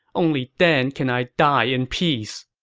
only then can i die in peace.